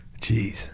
Jeez